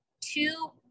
two